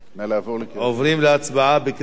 עוברים להצבעה בקריאה שלישית.